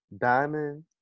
Diamond